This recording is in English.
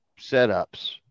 setups